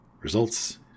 results